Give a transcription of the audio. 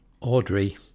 Audrey